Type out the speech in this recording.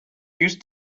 use